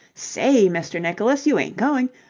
say, mr. nicholas, you ain't going'?